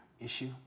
issue